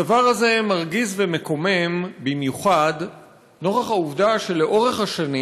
הדבר הזה מרגיז ומקומם במיוחד נוכח העובדה שלאורך השנים